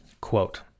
quote